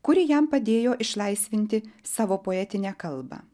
kuri jam padėjo išlaisvinti savo poetinę kalbą